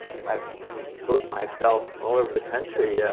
i booked myself all over the country.